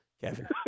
Kevin